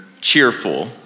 cheerful